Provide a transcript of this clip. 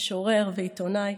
משורר ועיתונאי,